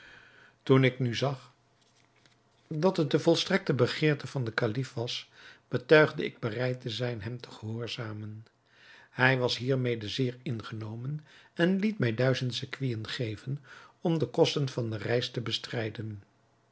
toen ik nu zag dat het de volstrekte begeerte van den kalif was betuigde ik bereid te zijn hem te gehoorzamen hij was hiermede zeer ingenomen en liet mij duizend sequinen geven om de kosten van de reis te bestrijden